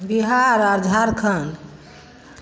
बिहार आर झारखण्ड